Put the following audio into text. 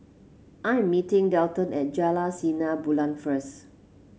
I'm meeting Delton at Jalan Sinar Bulan first